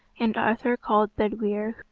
and arthur called bedwyr,